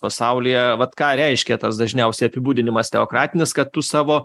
pasaulyje vat ką reiškia tas dažniausiai apibūdinimas teokratinis kad tu savo